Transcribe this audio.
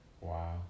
Wow